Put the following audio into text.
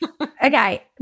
Okay